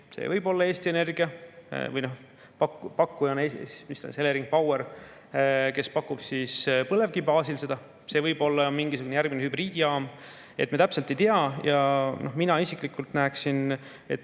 See võib olla Eesti Energia – või pakkujana Elering Power –, kes pakub põlevkivi baasil seda, see võib olla mingisugune järgmine hübriidjaam. Me täpselt ei tea. Mina isiklikult näen,